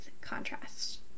contrast